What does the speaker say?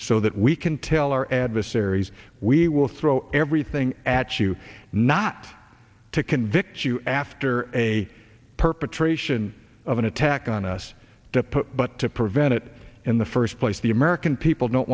so that we can tell our adversaries we will throw everything at you not to convict you after a perpetration of an attack on us to put but to prevent it in the first place the american people don't